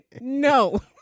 No